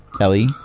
Ellie